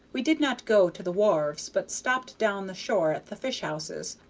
we did not go to the wharves, but stopped down the shore at the fish-houses,